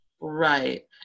Right